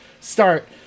start